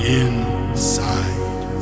inside